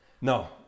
No